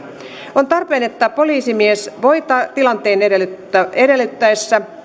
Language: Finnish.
on tarpeen että poliisimies voi tilanteen edellyttäessä edellyttäessä